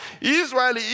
Israel